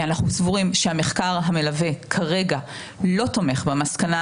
אנחנו סבורים שהמחקר המלווה כרגע לא תומך במסקנה,